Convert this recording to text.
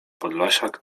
podlasiak